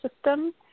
system